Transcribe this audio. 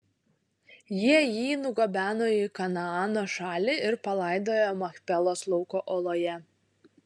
jie jį nugabeno į kanaano šalį ir palaidojo machpelos lauko oloje